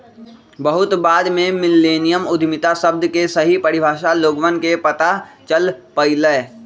बहुत बाद में मिल्लेनियल उद्यमिता शब्द के सही परिभाषा लोगवन के पता चल पईलय